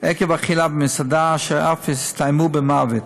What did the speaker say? עקב אכילה במסעדה, אשר אף הסתיימו במוות.